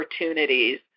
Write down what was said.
opportunities